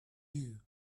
you